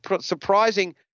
surprising